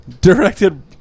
directed